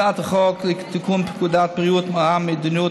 הצעת חוק לתיקון פקודת בריאות העם (מדיניות